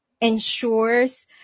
Ensures